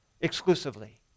exclusively